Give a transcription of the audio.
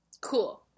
Cool